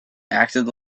acted